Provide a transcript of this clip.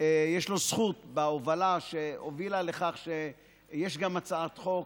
יש לו זכות בהובלה, שהובילה לכך שיש גם הצעת חוק,